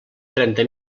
trenta